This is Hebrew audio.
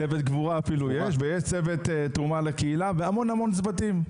ויש צוות תרומה לקהילה והמון צוותים.